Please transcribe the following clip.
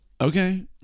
okay